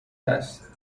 است